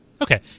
Okay